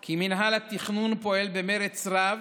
כי מינהל התכנון פועל במרץ רב